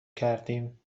کردیم